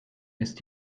ist